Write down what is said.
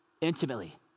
intimately